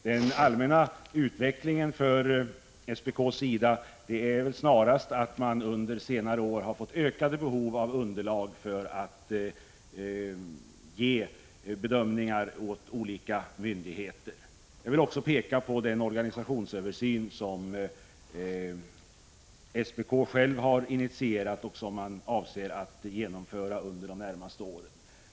Den allmänna utvecklingen för SPK:s del har väl snarast varit att man under senare år har fått ökade behov av underlag för att kunna göra bedömningar åt olika myndigheter. Jag vill också peka på den organisationsöversyn som SPK själv har initierat och som man avser att genomföra under de närmaste åren.